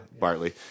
Bartley